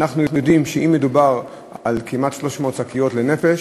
ואנחנו יודעים שאם מדובר על כמעט 300 שקיות לנפש,